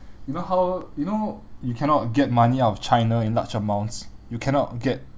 you know how you know you cannot get money out of china in large amounts you cannot get